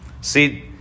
see